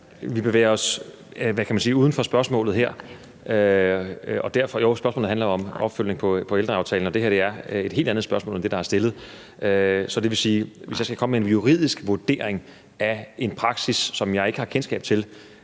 sige, her uden for spørgsmålet. Jo, spørgsmålet handler om en opfølgning på ældreaftalen, og det her er et helt andet spørgsmål end det, der er stillet. Så det vil sige, at jeg, hvis jeg skal komme med en juridisk vurdering af en praksis, som jeg ikke har kendskab til,